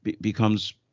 becomes